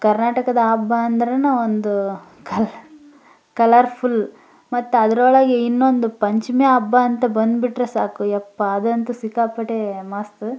ಕರ್ನಾಟಕದ ಹಬ್ಬ ಅಂದ್ರೆನೆ ಒಂದು ಕಲರ್ಫುಲ್ ಮತ್ತು ಅದ್ರೊಳಗೆ ಇನ್ನೊಂದು ಪಂಚಮಿ ಹಬ್ಬಾಂತ ಬಂದುಬಿಟ್ರೆ ಸಾಕು ಯಪ್ಪ ಅದಂತೂ ಸಿಕ್ಕಾಪಟ್ಟೆ ಮಸ್ತು